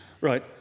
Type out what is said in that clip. Right